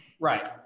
Right